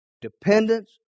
dependence